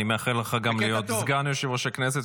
אני מאחל לך גם להיות סגן יושב-ראש הכנסת,